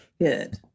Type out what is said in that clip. good